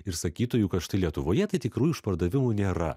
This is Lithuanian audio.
ir sakytojų kad štai lietuvoje tai tikrų išpardavimų nėra